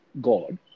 God